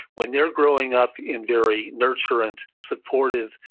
when they're growing up in very nurturant, supportive,